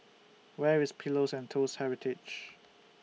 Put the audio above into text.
Where IS Pillows and Toast Heritage